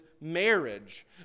marriage